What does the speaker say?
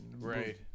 Right